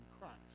Christ